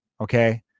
Okay